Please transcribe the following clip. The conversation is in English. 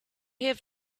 have